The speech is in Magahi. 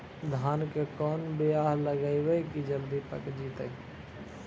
धान के कोन बियाह लगइबै की जल्दी पक जितै?